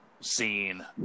seen